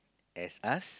as us